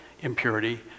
impurity